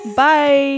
bye